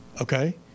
Okay